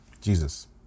Jesus